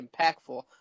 impactful